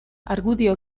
argudio